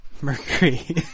Mercury